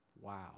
Wow